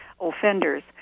offenders